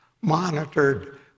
monitored